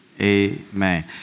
amen